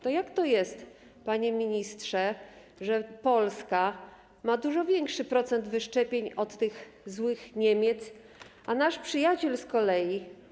To jak to jest, panie ministrze, że Polska ma dużo większy procent wyszczepień od tych złych Niemiec, a nasz przyjaciel z kolei,